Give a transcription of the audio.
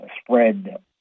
spread